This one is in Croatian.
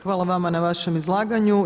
Hvala vama na vašem izlaganju.